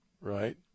right